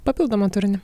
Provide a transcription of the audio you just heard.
papildomą turinį